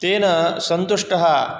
तेन सन्तुष्टः